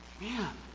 man